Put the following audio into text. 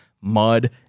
mud